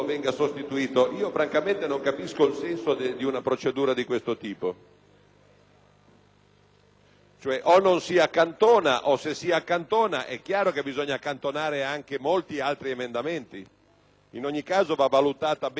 2.200 non si accantona o, se si accantona, bisogna accantonare molti altri emendamenti. In ogni caso, va valutata bene la conseguenza della decisione di accantonamento.